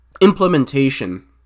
implementation